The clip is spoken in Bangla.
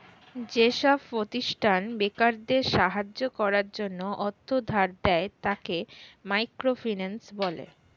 যেসব প্রতিষ্ঠান বেকারদের সাহায্য করার জন্য অর্থ ধার দেয়, তাকে মাইক্রো ফিন্যান্স বলে